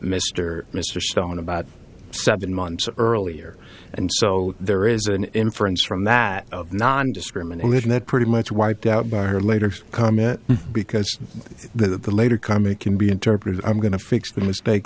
mr mr stone about seven months earlier and so there is an inference from that nondiscrimination that pretty much wiped out by her later comment because that the later comment can be interpreted i'm going to fix the mistake